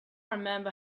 remember